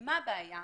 מה הבעיה.